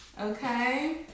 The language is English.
Okay